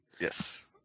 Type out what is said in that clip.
Yes